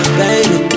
baby